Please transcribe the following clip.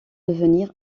devenir